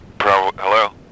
Hello